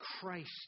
Christ